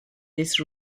this